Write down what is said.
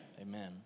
Amen